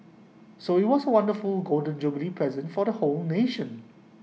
so IT was A wonderful Golden Jubilee present for the whole nation